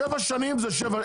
שבע שנים זה שבע שנים.